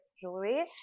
jewelry